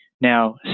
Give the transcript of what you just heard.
now